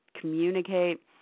communicate